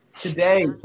Today